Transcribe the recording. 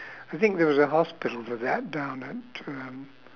I think there was a hospital for that down at um